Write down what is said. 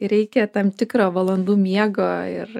reikia tam tikro valandų miego ir